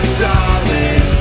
solid